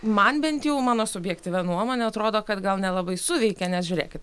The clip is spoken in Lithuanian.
man bent jau mano subjektyvia nuomone atrodo kad gal nelabai suveikė nes žiūrėkit